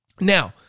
Now